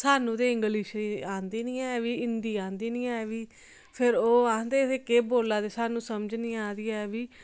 सानूं ते इंग्लिश ई आंदी निं ऐ हिंदी आंदी निं ऐ बी फिर ओह् आखदे ओह् केह् बोला दी ऐ सानूं समझ निं आ दी ऐ बी